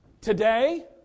Today